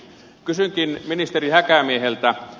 kysynkin ministeri häkämieltä